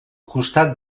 costat